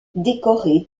décoré